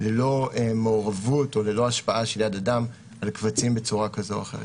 ללא מעורבות או ללא השפעה של יד אדם על קבצים בצורה כזאת או אחרת.